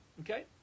Okay